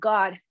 God